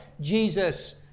Jesus